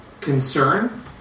concern